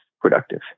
productive